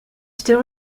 still